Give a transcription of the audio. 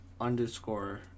underscore